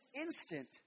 instant